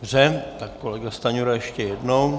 Tak kolega Stanjura ještě jednou.